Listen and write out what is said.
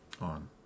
on